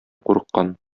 курыккан